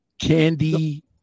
Candy